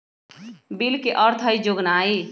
bill के अर्थ हइ जोगनाइ